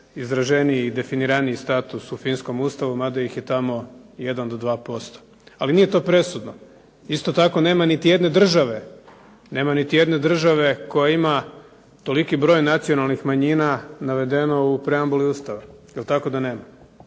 izraženiji i definiraniji status u finskom Ustavu, mada ih je tamo jedan do dva posto. Ali nije to presudno. Isto tako nema niti jedne države, nema niti jedne države koja ima toliki broj nacionalnih manjina navedeno u preambuli Ustava. Jel' tako da nema?